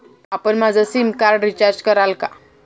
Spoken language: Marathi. आपण माझं सिमकार्ड रिचार्ज कराल का?